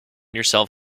yourself